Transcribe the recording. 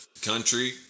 country